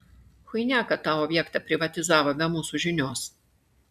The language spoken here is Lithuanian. chuinia kad tą objektą privatizavo be mūsų žinios